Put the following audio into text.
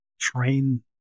train